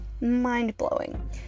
mind-blowing